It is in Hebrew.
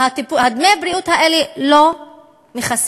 דמי הבריאות האלה לא מכסים,